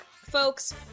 Folks